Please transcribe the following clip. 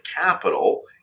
capital